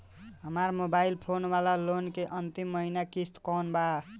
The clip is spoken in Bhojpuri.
हमार मोबाइल फोन वाला लोन के अंतिम महिना किश्त कौन बा?